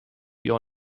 your